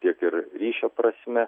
tiek ir ryšio prasme